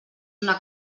una